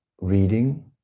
reading